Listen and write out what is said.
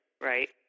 right